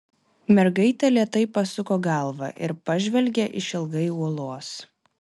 mergaitė lėtai pasuko galvą ir pažvelgė išilgai uolos